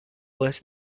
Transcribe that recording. worse